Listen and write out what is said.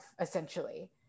essentially